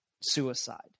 suicide